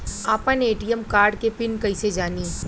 आपन ATM card के PIN कईसे जानी?